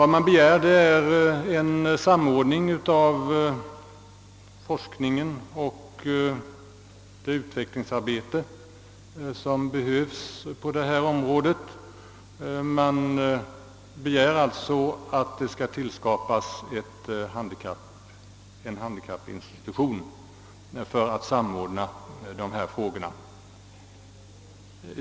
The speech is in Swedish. Det begärs sålunda en samordning av forskningen och det utvecklingsarbete som behövs på detta område, och en särskild handikappinstitution föreslås inrättad för att samordna frågorna.